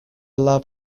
lab